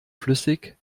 flüssig